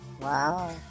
Wow